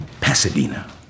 Pasadena